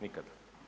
Nikad.